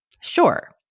Sure